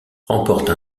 remporte